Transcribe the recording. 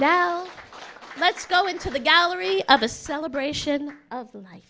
now let's go into the gallery of the celebration of life